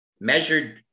measured